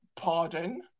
pardon